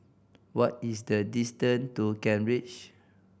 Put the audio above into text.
what is the distance to Kent Ridge